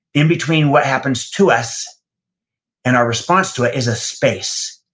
in between what happens to us and our response to it, is a space.